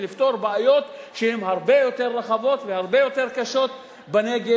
לפתור בעיות שהן הרבה יותר רחבות והרבה יותר קשות בנגב,